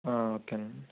ఓకేనండి